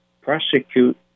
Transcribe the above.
prosecute